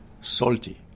salty